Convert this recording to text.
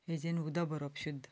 फ्रिजीन उदक भरप शुद्ध